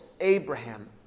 Abraham